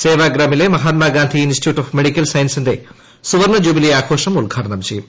സേവാഗ്രാമിലെ Mahatma Gandhi institute of medical സയൻസിന്റെ സുവർണ്ണജൂബിലി ആഘോഷം ഉദ്ഘാടനം ചെയ്യും